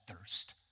thirst